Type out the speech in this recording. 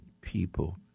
people